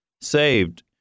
saved